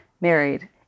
married